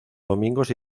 domingos